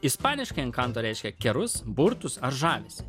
ispaniškai enkanto reiškia kerus burtus ar žavesį